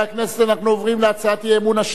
אנחנו עוברים להצעת אי-האמון השלישית,